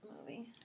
movie